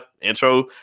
intro